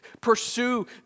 pursue